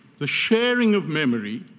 the sharing of memory,